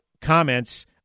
comments